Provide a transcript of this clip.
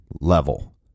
level